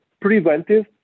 preventive